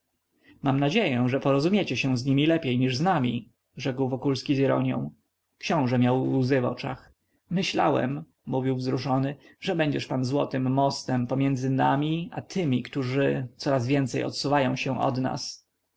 mam nadzieję że porozumiecie się z nimi lepiej niż z nami rzekł wokulski z ironią książe miał łzy w oczach myślałem mówił wzruszony że będziesz pan złotym mostem pomiędzy nami a tymi którzy coraz więcej odsuwają się od nas